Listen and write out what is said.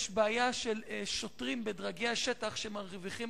יש בעיה של שוטרים בדרגי השטח שמרוויחים